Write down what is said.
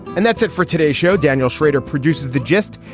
and that's it for today's show. daniel schrader produces the gist.